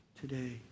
today